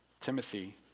Timothy